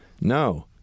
no